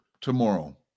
tomorrow